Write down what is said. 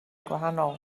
gwahanol